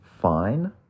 fine